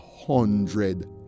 hundred